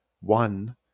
One